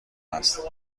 است